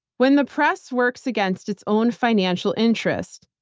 when the press works against its own financial interests,